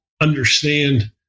understand